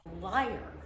Liar